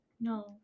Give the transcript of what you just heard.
No